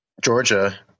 Georgia